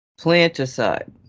Planticide